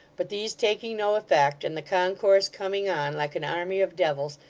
but these taking no effect, and the concourse coming on like an army of devils,